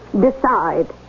Decide